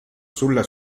sulla